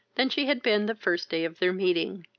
than she had been the first day of their meeting.